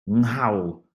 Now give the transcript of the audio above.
nghawl